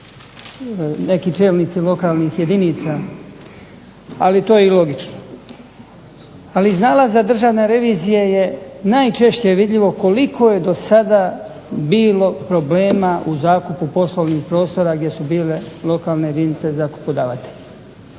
neki čelnici lokalnih jedinica ali to je i logično. Ali iz nalaza državne revizije je najčešće vidljivo koliko je do sada bilo problema u zakupu poslovnih prostora gdje su bile lokalne jedinice zakupodavatelji.